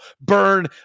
Burn